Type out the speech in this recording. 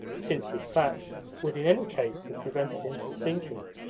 since his fat would in any case have prevented him from sinking.